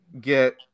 get